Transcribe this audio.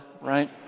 right